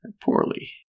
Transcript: poorly